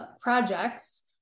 Projects